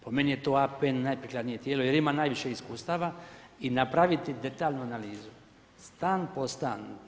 Po meni je to APN najprikladnije tijelo jer ima najviše iskustva i napraviti detaljnu analizu, stan po stan.